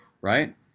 right